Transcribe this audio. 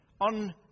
on